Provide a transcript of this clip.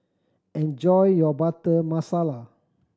enjoy your Butter Masala